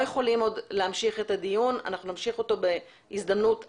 נמשיך את הדיון בהזדמנות אחרת.